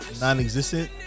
Non-existent